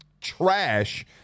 trash